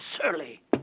surly